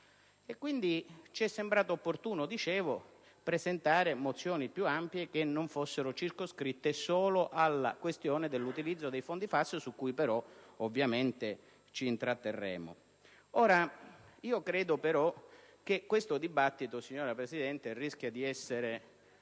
Ci è sembrato quindi opportuno presentare mozioni più ampie che non fossero circoscritte solo alla questione dell'utilizzo dei fondi FAS, su cui però ovviamente ci intratterremo. Credo però che questo dibattito, signora Presidente, rischia di essere